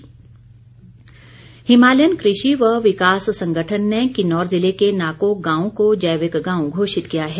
नाको Himalayan कृषि व विकास संगठन ने किन्नौर ज़िले के नाको गांव को जैविक गांव घोषित किया है